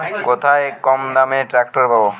কোথায় কমদামে ট্রাকটার পাব?